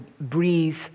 breathe